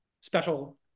special